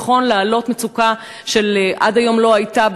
נכון להעלות מצוקה שעד היום לא הייתה,